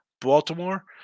Baltimore